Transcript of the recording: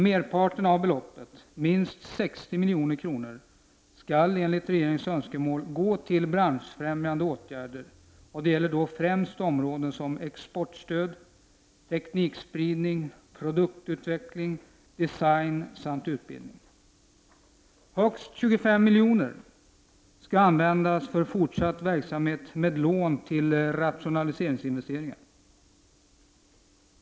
Merparten av beloppet, minst 60 milj.kr., skall enligt regeringens önskemål gå till branschfrämjande åtgärder, och det gäller då främst områden som exportstöd, teknikspridning, produktutveckling, design samt utbildning. Högst 25 miljoner skall användas för fortsatt verksamhet med lån till rationaliseringsinvesteringar.